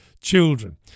Children